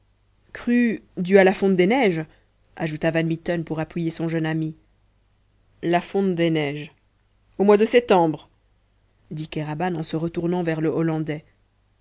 crue due à la fonte des neiges ajouta van mitten pour appuyer son jeune ami la fonte des neiges au mois de septembre dit kéraban en se retournant vers le hollandais